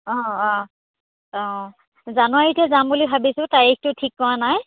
অঁ অঁ অঁ জানুৱাৰীতে যাম বুলি ভাবিছোঁ তাৰিখটো ঠিক কৰা নাই